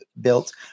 built